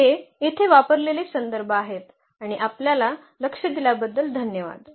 तर हे येथे वापरलेले संदर्भ आहेत आणि आपल्या लक्ष दिल्याबद्दल धन्यवाद